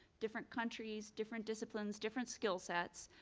different countries, different disciplines, different skill sets,